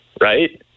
right